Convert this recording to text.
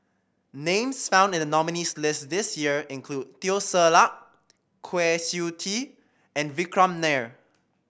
names found in the nominees' list this year include Teo Ser Luck Kwa Siew Tee and Vikram Nair